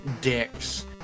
dicks